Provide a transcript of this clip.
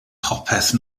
popeth